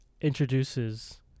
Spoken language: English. introduces